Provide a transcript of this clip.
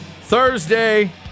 Thursday